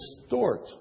distort